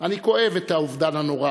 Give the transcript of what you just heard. אני כואב את האובדן הנורא